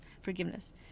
forgiveness